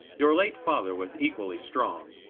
your late father was equally strong.